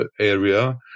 area